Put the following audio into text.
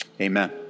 amen